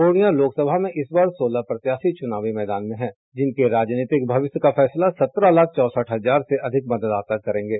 पूर्णिया लोकसभा में इस बार सोलह प्रत्याशी चुनावी मैदान में हैं जिनके राजनीतिक भविष्य का फैसला सत्रह लाख चौंसठ हजार से अधिक मतदाता करेंगे